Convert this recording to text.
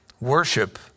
Worship